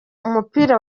umupira